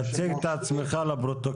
התכנית ההיא,